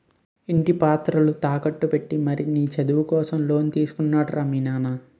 ఇంటి పత్రాలు తాకట్టు పెట్టి మరీ నీ చదువు కోసం లోన్ తీసుకున్నాడు రా మీ నాన్న